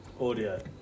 audio